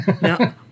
now